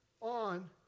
on